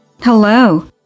Hello